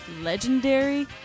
legendary